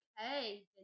Okay